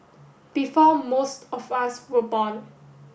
before most of us were born